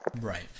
Right